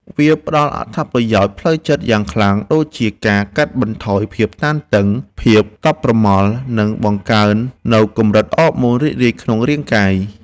វាផ្ដល់អត្ថប្រយោជន៍ផ្លូវចិត្តយ៉ាងខ្លាំង ដូចជាការកាត់បន្ថយភាពតានតឹង ភាពតប់ប្រមល់ និងបង្កើននូវកម្រិតអរម៉ូនរីករាយក្នុងរាងកាយ។